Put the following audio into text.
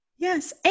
Yes